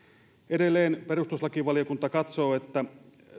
edelleen perustuslakivaliokunta katsoo että